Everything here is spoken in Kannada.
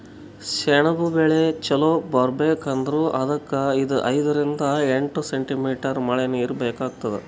ಸೆಣಬ್ ಬೆಳಿ ಚಲೋ ಬರ್ಬೆಕ್ ಅಂದ್ರ ಅದಕ್ಕ್ ಐದರಿಂದ್ ಎಂಟ್ ಸೆಂಟಿಮೀಟರ್ ಮಳಿನೀರ್ ಬೇಕಾತದ್